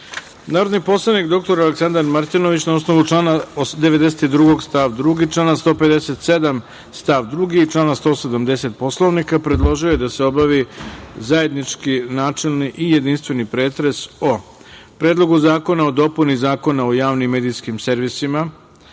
predlog. Narodni poslanik dr Aleksandar Martinović, na osnovu člana 92. stav 2, člana 157. stav 2. i člana 170. Poslovnika, predložio je da se obavi zajednički načelni i jedinstveni pretres o: Predlogu zakona o dopuni Zakona o javnim medijskim servisima,